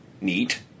neat